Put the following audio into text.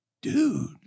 dude